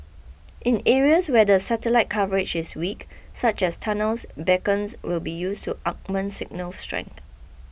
in areas where the satellite coverage is weak such as tunnels beacons will be used to augment signal strength